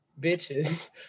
Bitches